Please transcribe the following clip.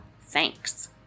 Thanks